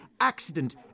accident